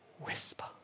whisper